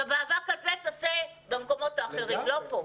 את המאבק הזה תעשה במקומות האחרים, לא פה.